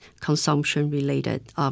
consumption-related